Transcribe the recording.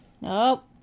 Nope